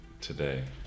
today